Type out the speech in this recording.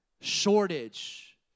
Shortage